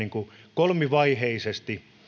kolmivaiheisesti